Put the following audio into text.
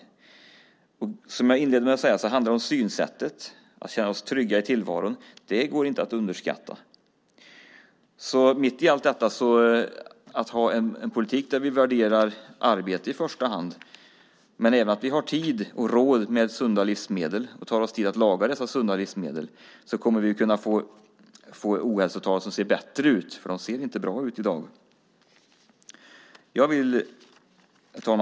Precis som jag sade i inledningen handlar det om synsättet. Det handlar om att känna sig trygg i tillvaron. Det ska inte underskattas. Mitt i allt detta är det fråga om att ha en politik som först och främst värderar arbete men även att vi har tid och råd med sunda livsmedel och att vi tar oss tid att tillaga dessa sunda livsmedel. Då kan vi få bättre ohälsotal. De ser inte bra ut i dag. Herr talman!